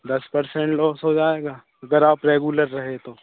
दस percent loss हो जाएगा अगर आप रेगुलर रहे तो